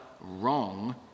wrong